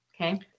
Okay